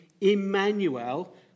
Emmanuel